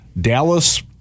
Dallas